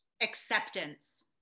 Acceptance